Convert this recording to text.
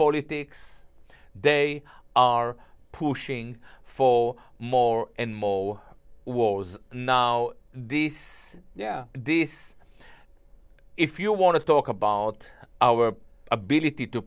politics they are pushing for more and more wars now this yeah this if you want to talk about our ability to